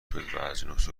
شدواجناس